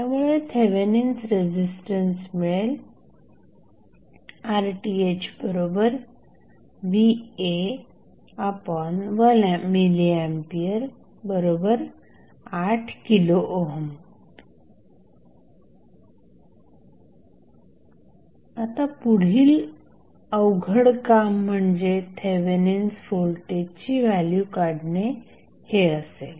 त्यामुळे Thevenin's resistance मिळेल RThva1mA8k आता पुढील अवघड काम म्हणजे थेवेनिन्स व्होल्टेजची व्हॅल्यू काढणे हे असेल